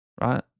right